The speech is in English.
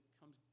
comes